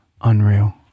Unreal